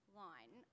line